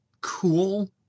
cool